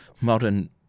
modern